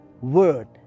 word